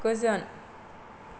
गोजोन